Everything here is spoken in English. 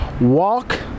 walk